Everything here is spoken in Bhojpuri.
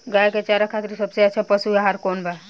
गाय के चारा खातिर सबसे अच्छा पशु आहार कौन बा?